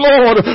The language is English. Lord